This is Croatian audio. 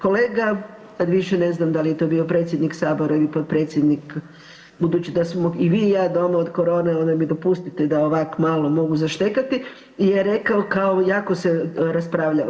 Kolega sad više ne znam da li je to bio predsjednik Sabora ili potpredsjednik, budući da smo i vi i ja doma od corone, onda mi dopustite da ovak' malo mogu zaštekati, je rekao kao, jako se raspravljalo.